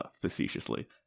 facetiously